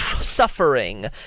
suffering